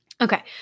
Okay